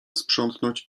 sprzątnąć